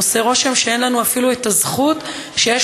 עושה רושם שאין לנו אפילו הזכות שיש